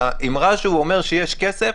האמרה שהוא אומר שיש כסף,